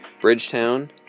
Bridgetown